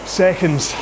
seconds